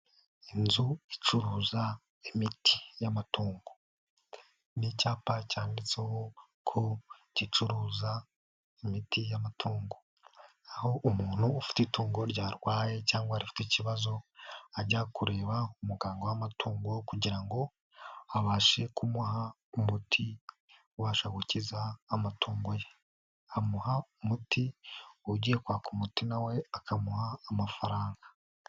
Inzu icuruza imiti y'amatungo, ni icyapa cyanditseho ko gicuruza imiti y'amatungo, aho umuntu ufite itungo ryarwaye cyangwa rifite ikibazo ajya kureba umuganga w'amatungo kugira ngo abashe kumuha umuti ubasha gukiza amatungo ye, amuha umuti, ugiye kwaka umutima na we akamuha amafaranga.